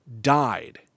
died